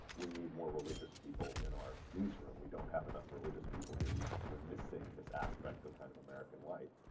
we need more religious people in our newsroom. we don't have enough religious people here. we we are missing this aspect of kind of american life.